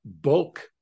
Bulk